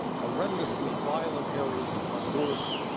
horrendously violent areas of honduras